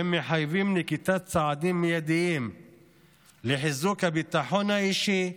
והם מחייבים נקיטת צעדים מיידיים לחיזוק הביטחון האישי.